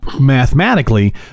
mathematically